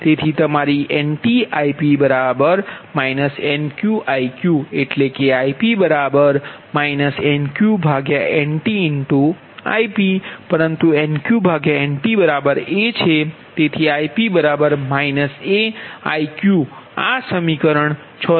તેથી તમારી NtIp NqIq એટલે કે Ip Nq NtIq પરંતુ Nq Nta તેથી Ip aIqઆ છે સમીકરણ 76